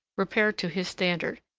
repaired to his standard.